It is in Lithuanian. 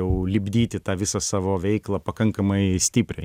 jau lipdyti tą visą savo veiklą pakankamai stipriai